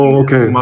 okay